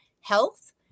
health